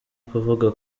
kuvuga